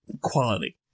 quality